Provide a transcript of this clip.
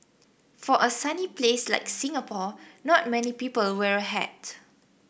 for a sunny place like Singapore not many people wear a hat